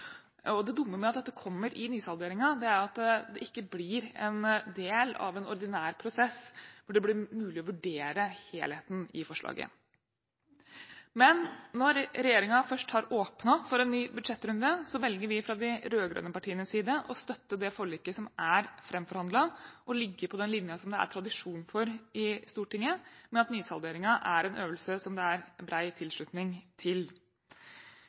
Det dumme med at dette kommer i nysalderingen, er at det ikke blir en del av en ordinær prosess hvor det blir mulig å vurdere helheten i forslaget. Men når regjeringen først har åpnet for en ny budsjettrunde, velger vi fra de rød-grønne partienes side å støtte det forliket som er framforhandlet, og ligge på den linjen som det er tradisjon for i Stortinget, med at nysalderingen er en øvelse som det er bred tilslutning til.